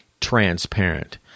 transparent